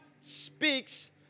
speaks